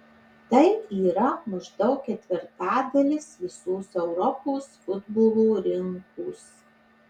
tai yra maždaug ketvirtadalis visos europos futbolo rinkos